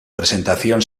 presentación